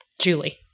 Julie